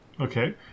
Okay